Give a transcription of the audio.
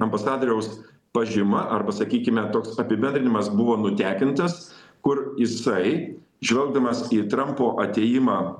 ambasadoriaus pažyma arba sakykime toks apibendrinimas buvo nutekintas kur jisai žvelgdamas į trampo atėjimą